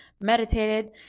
meditated